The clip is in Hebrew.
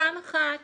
פעם אחת